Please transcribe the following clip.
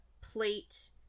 plate